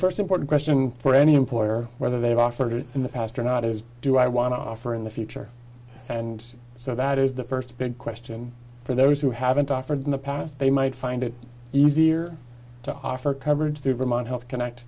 first important question for any employer whether they've offered it in the past or not is do i want to offer in the future and so that is the first big question for those who haven't offered in the past they might find it easier to offer coverage through vermont health connect